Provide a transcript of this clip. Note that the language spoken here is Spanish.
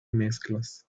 mezclas